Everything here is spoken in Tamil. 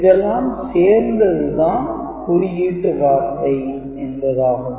இதெல்லாம் சேர்ந்ததுதான் குறியீட்டு வார்த்தை என்பதாகும்